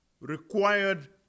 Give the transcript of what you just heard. required